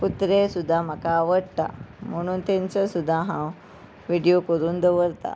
कुत्रे सुद्दां म्हाका आवडटा म्हणून तेंचे सुद्दां हांव व्हिडियो करून दवरता